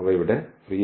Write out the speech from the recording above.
അവ ഇവിടെ ഫ്രീ ആണ്